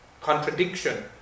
contradiction